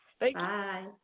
Bye